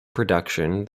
production